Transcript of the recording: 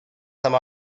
some